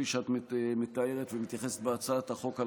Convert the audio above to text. כפי שאת מתארת ומתייחסת בהצעת החוק.